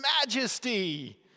majesty